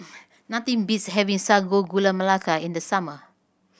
nothing beats having Sago Gula Melaka in the summer